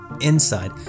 inside